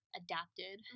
adapted